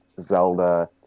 Zelda